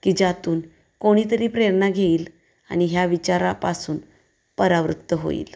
की ज्यातून कोणीतरी प्रेरणा घेईल आणि ह्या विचारापासून परावृत्त होईल